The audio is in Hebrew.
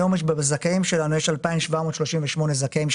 היום יש בזכאים שלנו 2,738 זכאים,